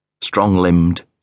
strong-limbed